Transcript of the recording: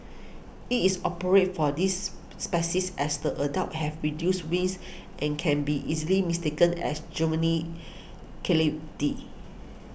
it is operate for this species as the adults have reduced wings and can be easily mistaken as juvenile katydids